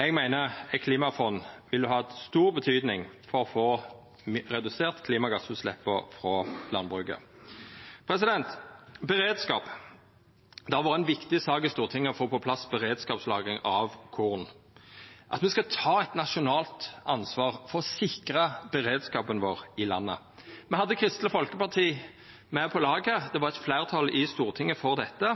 Eg meiner eit klimafond ville hatt stor betyding for å få redusert klimagassutsleppa frå landbruket. Så til beredskap. Det har vore ei viktig sak i Stortinget å få på plass beredskapslagring av korn, at me skal ta eit nasjonalt ansvar for å sikra beredskapen i landet vårt. Me hadde Kristeleg Folkeparti med på laget. Det var eit fleirtal i Stortinget for dette.